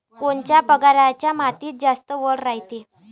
कोनच्या परकारच्या मातीत जास्त वल रायते?